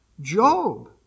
Job